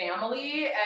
family